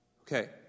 Okay